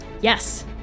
Yes